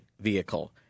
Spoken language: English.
vehicle